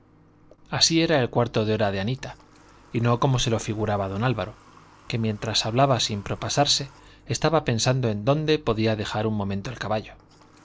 así era el cuarto de hora de anita y no como se lo figuraba don álvaro que mientras hablaba sin propasarse estaba pensando en dónde podría dejar un momento el caballo